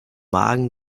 magen